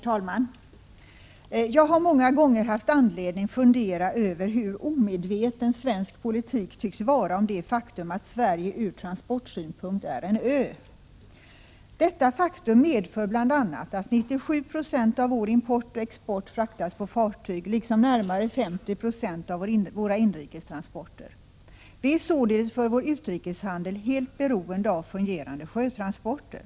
Herr talman! Jag har många gånger haft anledning fundera över hur omedveten svensk politik tycks vara om det faktum att Sverige från transportsynpunkt är en ö. Detta faktum medför bl.a. att 97 96 av vår import och export fraktas på fartyg liksom närmare 50 96 av våra inrikes transporter. Vi är således för vår Prot. 1986/87:133 utrikeshandel helt beroende av fungerande sjötransporter.